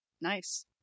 Nice